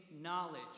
knowledge